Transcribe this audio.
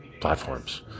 platforms